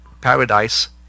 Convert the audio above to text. paradise